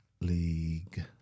League